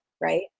right